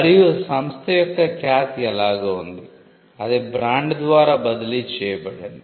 మరియు సంస్థ యొక్క ఖ్యాతి ఎలాగో ఉంది అది బ్రాండ్ ద్వారా బదిలీ చేయబడింది